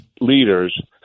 leaders